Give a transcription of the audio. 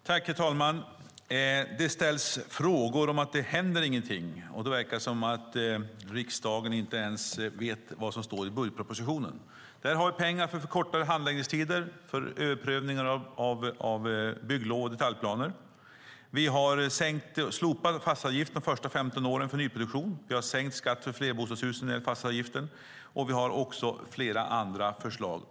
Herr talman! Det ställs frågor om att det inte händer någonting, och det verkar som att riksdagen inte ens vet vad som står i budgetpropositionen. Där har vi pengar för förkortade handläggningstider och för överprövningar av bygglov och detaljplaner. Vi har slopat fastighetsavgiften de första 15 åren för nyproduktion. Vi har sänkt skatt för flerbostadshus när det gäller fastighetsavgiften. Vi har flera andra förslag.